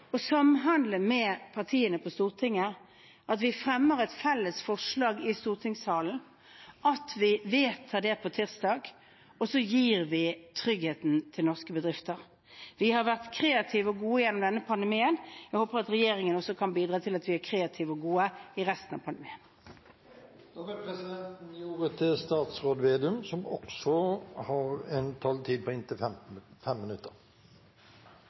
å samhandle med partiene på Stortinget, at vi fremmer et felles forslag i stortingssalen, at vi vedtar det på tirsdag, og så gir vi en trygghet til norske bedrifter. Vi har vært kreative og gode gjennom denne pandemien. Jeg håper at regjeringen kan bidra til at vi er kreative og gode i resten av pandemien også. Da vil presidenten gi ordet til statsråd Trygve Slagsvold Vedum, som også har en taletid på inntil